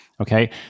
Okay